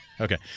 Okay